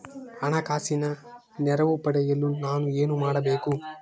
ಹಣಕಾಸಿನ ನೆರವು ಪಡೆಯಲು ನಾನು ಏನು ಮಾಡಬೇಕು?